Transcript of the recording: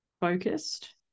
Focused